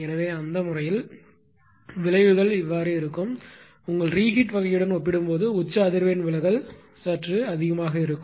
எனவே அந்த முறையில் விளைவுகள் இப்படி இருக்கும் உங்கள் ரீகீட் வகையுடன் ஒப்பிடும்போது உச்ச அதிர்வெண் விலகல் சற்று அதிகமாக இருக்கும்